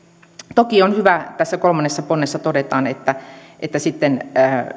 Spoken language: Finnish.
toki on hyvä kun tässä kolmannessa ponnessa todetaan että että